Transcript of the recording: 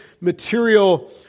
material